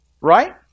Right